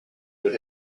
but